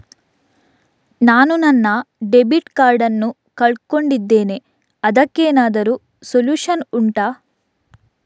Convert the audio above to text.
ನಾನು ನನ್ನ debit card ನ್ನು ಕಳ್ಕೊಂಡಿದ್ದೇನೆ ಅದಕ್ಕೇನಾದ್ರೂ ಸೊಲ್ಯೂಷನ್ ಉಂಟಾ